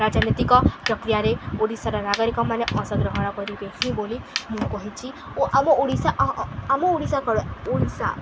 ରାଜନୈତିକ ପ୍ରକ୍ରିୟାରେ ଓଡ଼ିଶାର ନାଗରିକମାନେ ଅଂଶଗ୍ରହଣ କରିବେ ହିଁ ବୋଲି ମୁଁ କହିଛି ଓ ଆମ ଓଡ଼ିଶା ଆମ ଓଡ଼ିଶା କ'ଣ ଓଡ଼ିଶା